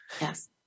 Yes